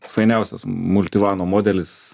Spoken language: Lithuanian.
fainiausias multivano modelis